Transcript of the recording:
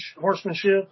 horsemanship